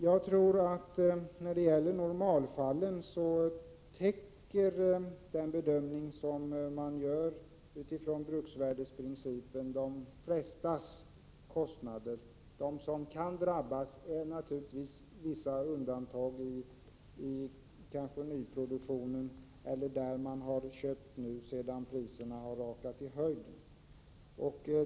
Jag tror att när det gäller normalfallen täcker den bedömning som görs utifrån bruksvärdesprincipen de flestas kostnader. De som kan drabbas är möjligen vissa undantag i nyproduktionen eller där man har köpt sedan priserna har rakat i höjden.